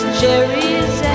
cherries